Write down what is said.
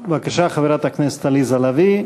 בבקשה, חברת הכנסת עליזה לביא.